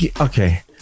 Okay